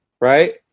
right